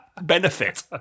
Benefit